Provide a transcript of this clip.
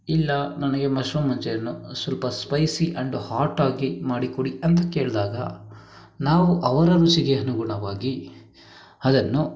ಇಲ್ಲ ನನಗೆ mushroom manchurian ಸ್ವಲ್ಪ ಸ್ಪೈಸಿ ಆ್ಯಂಡ್ ಹಾಟಾಗಿ ಮಾಡಿಕೊಡಿ ಅಂತ ಕೇಳಿದಾಗ ನಾವು ಅವರ ರುಚಿಗೆ ಅನುಗುಣವಾಗಿ ಅದನ್ನು